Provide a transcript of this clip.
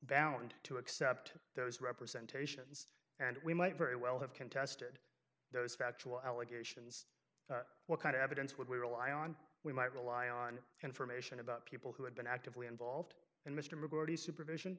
bound to accept those representation and we might very well have contested those factual allegations what kind of evidence would we rely on we might rely on information about people who had been actively involved in mr majority supervision